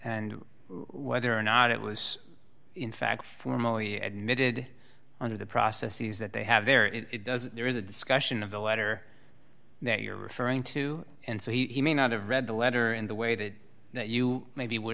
and whether or not it was in fact formal he admitted under the processes that they have there is it does there is a discussion of the letter that you're referring to and so he may not have read the letter in the way that you maybe would